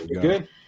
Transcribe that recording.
good